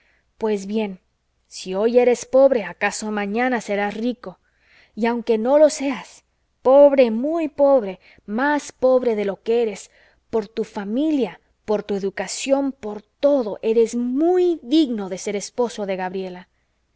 pues bien si hoy eres pobre acaso mañana serás rico y aunque no lo seas pobre muy pobre más pobre de lo que eres por tu familia por tu educación por todo eres muy digno de ser esposo de gabriela